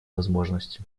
возможности